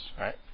Right